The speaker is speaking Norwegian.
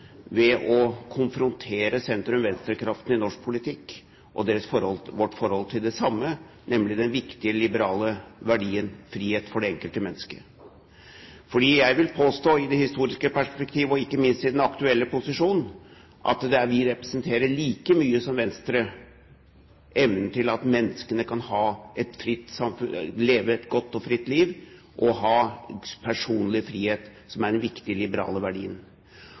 ved å konfrontere sentrum/venstre-kraften i norsk politikk og vårt forhold til den samme, nemlig den viktige liberale verdien, frihet for det enkelte mennesket. Jeg vil påstå i det historiske perspektiv – ikke minst i den aktuelle posisjon – at vi, like mye som Venstre, representerer evnen til at menneskene kan leve et godt og fritt liv og ha personlig frihet, som er den viktige liberale verdien.